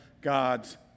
God's